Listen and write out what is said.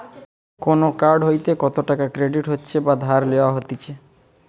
কোন কার্ড হইতে কত টাকা ক্রেডিট হচ্ছে বা ধার লেওয়া হতিছে